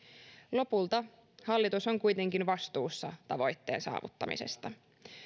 lopulta hallitus on kuitenkin vastuussa tavoitteen saavuttamisesta